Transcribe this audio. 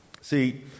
See